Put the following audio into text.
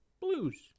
Blues